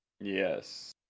Yes